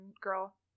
girl